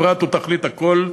הפרט הוא תכלית הכול,